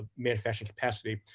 manufacturing capacity.